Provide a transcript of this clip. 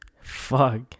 Fuck